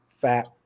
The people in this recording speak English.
fat